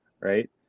right